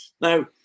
Now